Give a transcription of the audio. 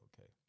okay